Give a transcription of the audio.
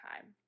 time